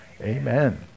Amen